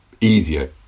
easier